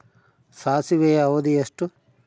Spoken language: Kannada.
ಸಾಸಿವೆಯ ಅವಧಿ ಎಷ್ಟು?